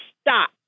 stop